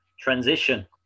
transition